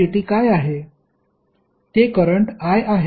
dqdt काय आहे ते करंट i आहे